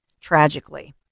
tragically